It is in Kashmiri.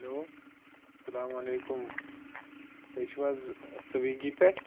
ہیٚلو اَسَلامُ علیکُم تُہۍ چھُو حظ سِویگی پؠٹھ